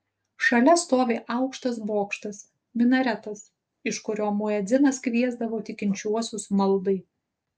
šalia stovi aukštas bokštas minaretas iš kurio muedzinas kviesdavo tikinčiuosius maldai